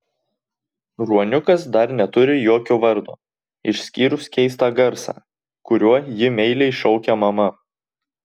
ruoniukas dar neturi jokio vardo išskyrus keistą garsą kuriuo jį meiliai šaukia mama